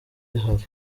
bahari